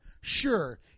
Sure